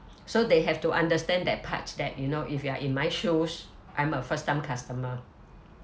so they have to understand that part that you know if you are in my shoes I'm a first time customer